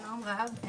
שלום רב.